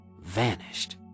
vanished